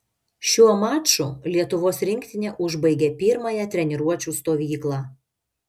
šiuo maču lietuvos rinktinė užbaigė pirmąją treniruočių stovyklą